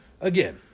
again